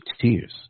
tears